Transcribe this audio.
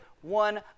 one